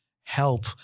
help